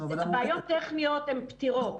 --- הבעיות הטכניות פתירות.